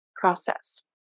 process